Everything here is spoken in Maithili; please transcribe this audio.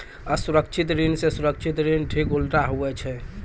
असुरक्षित ऋण से सुरक्षित ऋण ठीक उल्टा हुवै छै